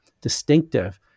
distinctive